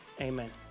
Amen